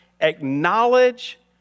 acknowledge